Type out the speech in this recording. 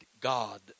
God